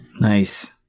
Nice